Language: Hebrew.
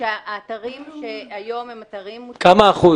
כמה אחוז?